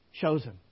Chosen